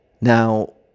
Now